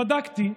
בדקתי,